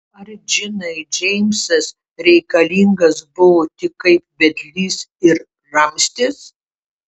ar džinai džeimsas reikalingas buvo tik kaip vedlys ir ramstis